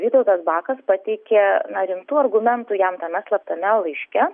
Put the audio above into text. vytautas bakas pateikė rimtų argumentų jam tame slaptame laiške